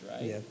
right